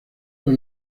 los